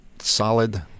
solid